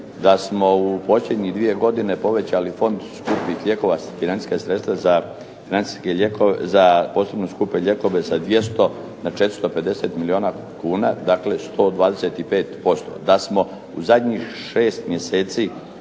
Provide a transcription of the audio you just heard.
da smo u posljednjih dvije godine povećali fond skupih lijekova, financijska sredstva za financijske lijekove, za posebno skupe lijekove sa 200 na 450 milijuna kuna. Dakle 125%. Da smo u zadnjih 6 mjeseci